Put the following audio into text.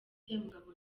mugabo